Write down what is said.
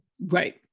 Right